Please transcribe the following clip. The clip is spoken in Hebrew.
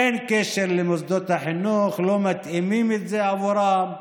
אין קשר למוסדות החינוך, לא מתאימים את זה בעבורם.